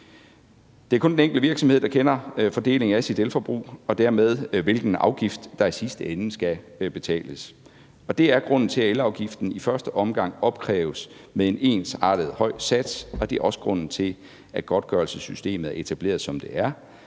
Det er kun den enkelte virksomhed, der kender fordelingen af sit elforbrug og dermed, hvilken afgift der i sidste ende skal betales. Det er jo grunden til, at elafgiften i første omgang opkræves med en ensartet høj sats, og det er også grunden til, at godtgørelsessystemet er etableret, som det er.